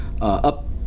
up